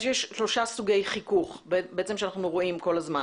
יש שלושה סוגי חיכוך שאנחנו בעצם רואים כל הזמן.